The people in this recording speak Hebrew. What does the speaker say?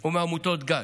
או מעמותות גג.